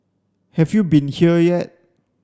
have you been here yet